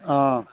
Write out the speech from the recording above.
অঁ